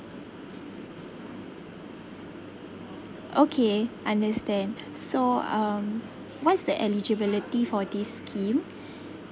okay I understand so um what's the eligibility for this scheme